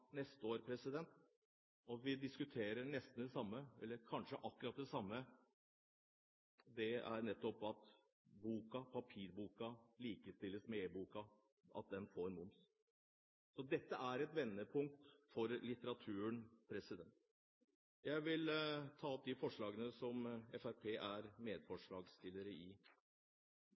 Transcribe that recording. neste år, og at vi da diskuterer nesten det samme eller kanskje akkurat det samme, og det er nettopp at papirboken likestilles med e-boken – at den får moms. Så dette er et vendepunkt for litteraturen. Jeg vil ta opp det forslaget som